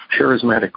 charismatic